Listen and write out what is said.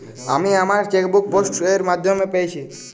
আমি আমার chequebook post এর মাধ্যমে পেয়েছি